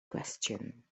question